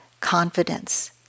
confidence